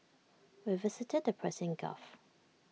we visited the Persian gulf